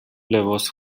لباس